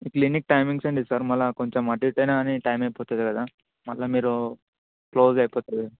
clinic timings ఏంటి sir మళ్ళీ కొంచెం అటు ఇటు అయిన కానీ టైం అయిపోతుంది కదా మళ్ళీ మీరు క్లోజ్ అయిపోతుంది